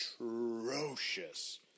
atrocious